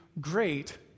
great